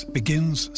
begins